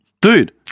dude